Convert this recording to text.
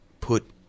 put